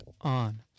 on